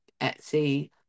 Etsy